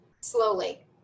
slowly